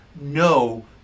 no